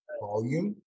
volume